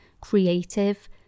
Creative